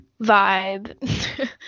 vibe